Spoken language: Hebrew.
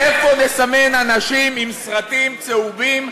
איפה נסמן אנשים עם סרטים צהובים,